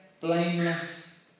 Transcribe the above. blameless